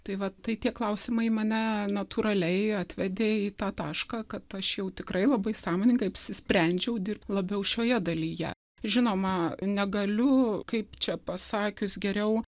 tai va tai tie klausimai mane natūraliai atvedė į tą tašką kad aš jau tikrai labai sąmoningai apsisprendžiau dirbt labiau šioje dalyje žinoma negaliu kaip čia pasakius geriau